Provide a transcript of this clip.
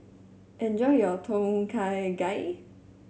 enjoy your Tom Kha Gai